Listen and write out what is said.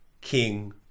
king